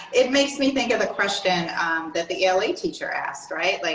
it makes me think of the question that the ela teacher asked right? like